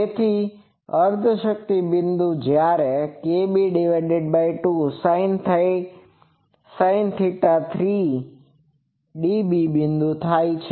તેથી અર્ધ શક્તિ બિંદુ જ્યારે kb2sin3db બિંદુ થાય છે